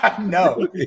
no